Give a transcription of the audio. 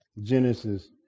genesis